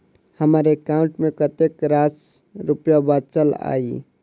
हम्मर एकाउंट मे कतेक रास रुपया बाचल अई?